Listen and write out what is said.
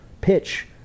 pitch